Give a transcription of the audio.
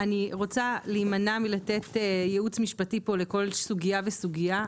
אני רוצה להימנע מלתת ייעוץ משפטי פה לכל סוגיה וסוגיה.